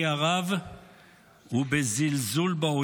אני אוסיף זמן לחבר הכנסת אלקין.